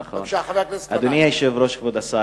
בבקשה, חבר הכנסת גנאים.